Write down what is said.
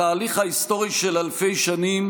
בתהליך ההיסטורי של אלפי שנים,